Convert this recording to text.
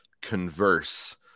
converse